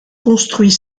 construit